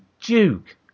Duke